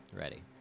ready